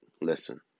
Listen